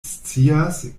scias